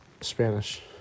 Spanish